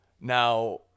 Now